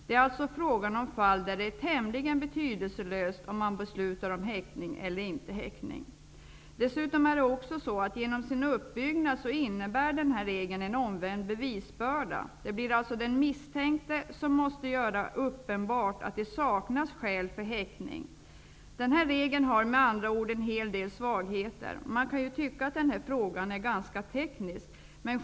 Det är alltså fråga om fall där det är tämligen betydelselöst om man beslutar om häktning eller inte. Det är dessutom så att regeln, genom sin uppbyggnad, innebär en omvänd bevisbörda. Det blir alltså den misstänkte som måste göra uppenbart att det saknas skäl för häktning. Den här regeln har med andra ord en hel del svagheter. Man kan tycka att den här frågan är ganska teknisk.